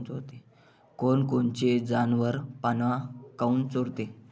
कोनकोनचे जनावरं पाना काऊन चोरते?